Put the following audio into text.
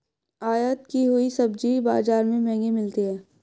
आयत की हुई सब्जी बाजार में महंगी मिलती है